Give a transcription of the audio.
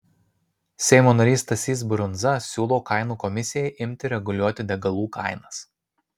seimo narys stasys brundza siūlo kainų komisijai imti reguliuoti degalų kainas